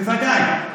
בוודאי.